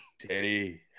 Teddy